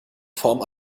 form